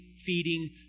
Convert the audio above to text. feeding